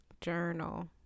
journal